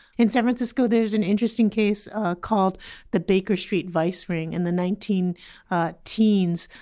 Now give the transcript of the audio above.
in san francisco there's an interesting case called the baker street vice ring in the nineteen teens,